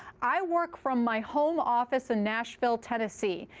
i work from my home office in nashville, tennessee.